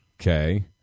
okay